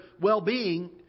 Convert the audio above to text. well-being